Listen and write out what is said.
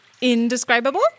indescribable